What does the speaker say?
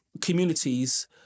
communities